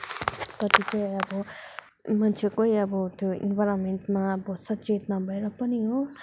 कति चाहिँ अब मान्छेकै अब त्यो इन्भाइरोन्मेन्टमा बस्छ चेत नभएर पनि हो